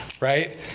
Right